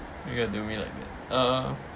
you got do me like that uh